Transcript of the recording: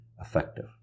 effective